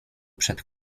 przed